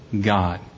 God